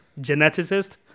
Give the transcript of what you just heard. geneticist